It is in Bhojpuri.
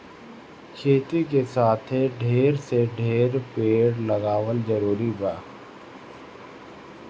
खेती के साथे ढेर से ढेर पेड़ लगावल जरूरी बा